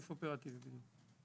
סעיף אופרטיבי.